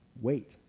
wait